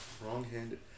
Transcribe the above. Wrong-handed